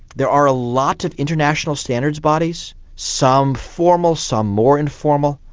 there are a lot of international standards bodies, some formal, some more informal.